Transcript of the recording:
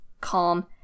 calm